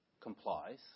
complies